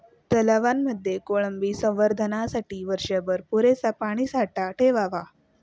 तलावांमध्ये कोळंबी संवर्धनासाठी वर्षभर पुरेसा पाणीसाठा ठेवावा